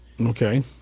Okay